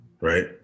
right